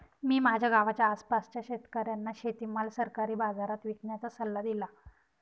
मी माझ्या गावाच्या आसपासच्या शेतकऱ्यांना शेतीमाल सरकारी बाजारात विकण्याचा सल्ला दिला